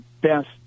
best